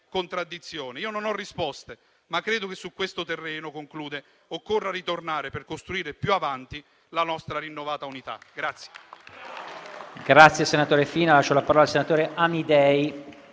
contraddizione. Io non ho risposte, ma credo che su questo terreno - conclude - occorra ritornare per costruire più avanti la nostra rinnovata unità.